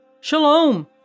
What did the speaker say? Shalom